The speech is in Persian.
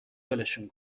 ولشون